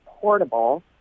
portable